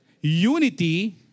Unity